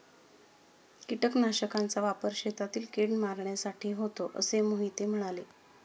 कीटकनाशकांचा वापर शेतातील कीड मारण्यासाठी होतो असे मोहिते म्हणाले